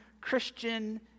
Christian